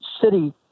city